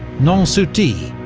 nansouty,